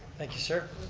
thank you sir,